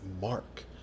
mark